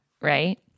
right